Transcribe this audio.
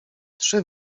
trzy